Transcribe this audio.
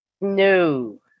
No